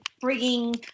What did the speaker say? bringing